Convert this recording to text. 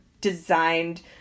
designed